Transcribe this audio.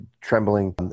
trembling